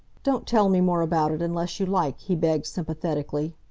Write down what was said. don't tell me more about it unless you like, he begged sympathetically.